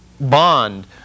bond